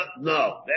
No